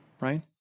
right